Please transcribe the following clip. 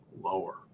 lower